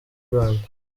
rwanda